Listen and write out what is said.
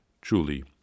Truly